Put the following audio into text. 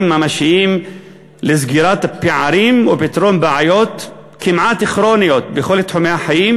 ממשיים לסגירת הפערים או פתרון בעיות כמעט כרוניות בכל תחומי החיים,